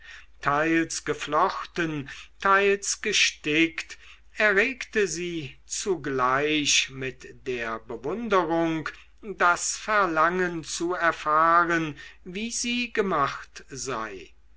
teils geflochten teils gestickt erregte sie zugleich mit der bewunderung das verlangen zu erfahren wie sie gemacht sei